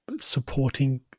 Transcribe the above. supporting